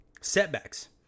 setbacks